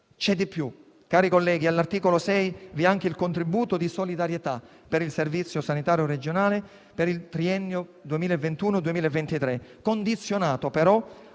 C'è di più, cari colleghi: all'articolo 6 vi è anche il contributo di solidarietà per il Servizio sanitario regionale, per il triennio 2021-2023, condizionato però